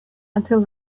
until